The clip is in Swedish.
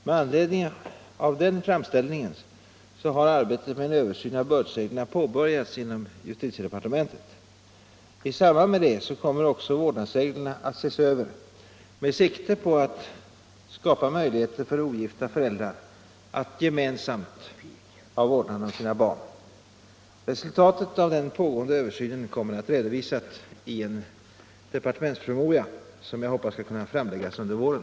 Med anledning av denna hemställan har arbetet med en översyn av bördsreglerna påbörjats inom justitiedepartementet. I samband härmed kommer också vårdnadsreglerna att ses över med sikte på att skapa möjligheter för ogifta föräldrar att gemensamt få vårdnaden om sina barn. Resultatet av den pågående översynen kommer att redovisas i en departementspromemoria under våren.